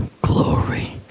glory